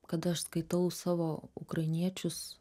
kada aš skaitau savo ukrainiečius